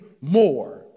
more